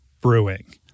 Brewing